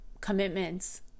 commitments